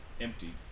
empty